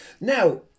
Now